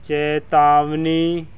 ਚੇਤਾਵਨੀ